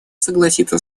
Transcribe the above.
согласиться